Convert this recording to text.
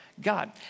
God